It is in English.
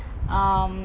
um